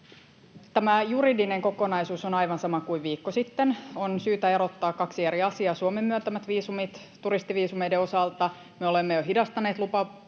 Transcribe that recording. Tämä juridinen kokonaisuus on aivan sama kuin viikko sitten. On syytä erottaa kaksi eri asiaa: Suomen myöntämien turistiviisumien osalta me olemme jo hidastaneet lupaprosesseja,